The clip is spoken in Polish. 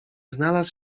znalazł